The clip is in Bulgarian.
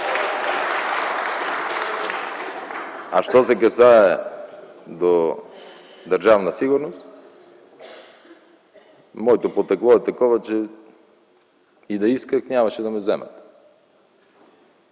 Що се касае до Държавна сигурност, моето потекло е такова, че и да исках нямаше да ме вземат.